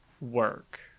work